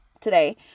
today